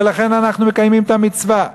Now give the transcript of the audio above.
ולכן אנחנו מקיימים את המצווה.